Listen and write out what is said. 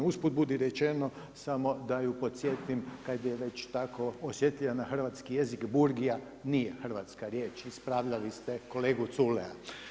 Usput budi rečeno samo da je podsjetim kad je već tako osjetljiva na hrvatski jezik burgija nije hrvatska riječ, ispravljali ste kolegu Culeja.